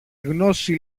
γνώση